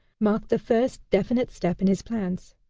marked the first definite step in his plans.